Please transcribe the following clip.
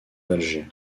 d’alger